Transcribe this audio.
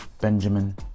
Benjamin